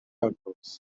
outdoors